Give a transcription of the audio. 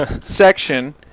section